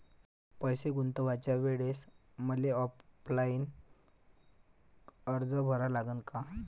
पैसे गुंतवाच्या वेळेसं मले ऑफलाईन अर्ज भरा लागन का?